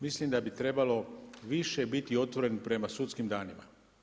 Mislim da bi trebalo više biti otvoren prema sudskim danima.